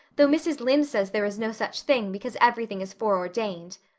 though mrs. lynde says there is no such thing, because everything is foreordained.